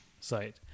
site